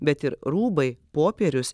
bet ir rūbai popierius